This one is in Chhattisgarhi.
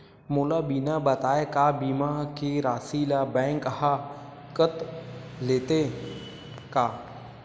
मोला बिना बताय का बीमा के राशि ला बैंक हा कत लेते का?